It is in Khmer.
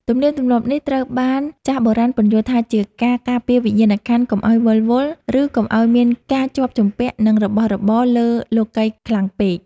ទំនៀមទម្លាប់នេះត្រូវបានចាស់បុរាណពន្យល់ថាជាការការពារវិញ្ញាណក្ខន្ធកុំឱ្យវិលវល់ ឬកុំឱ្យមានការជាប់ជំពាក់នឹងរបស់របរលើលោកិយខ្លាំងពេក។